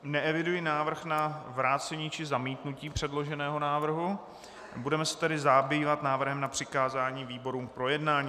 Neeviduji návrh na vrácení či zamítnutí předloženého návrhu, budeme se tedy zabývat návrhem na přikázání výborům k projednání.